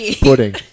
pudding